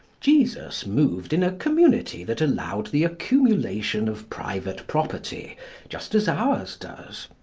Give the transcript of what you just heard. jesus moved in a community that allowed the accumulation of private property just as ours does,